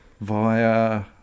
Via